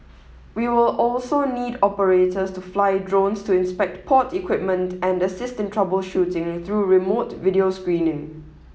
we will also need operators to fly drones to inspect port equipment and assist in troubleshooting through remote video screening